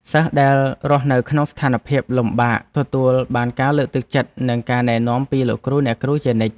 សិស្សដែលរស់នៅក្នុងស្ថានភាពលំបាកទទួលបានការលើកទឹកចិត្តនិងការណែនាំពីលោកគ្រូអ្នកគ្រូជានិច្ច។